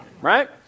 right